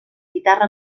guitarra